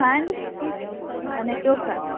ખાંડ અને ચોખા